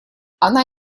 она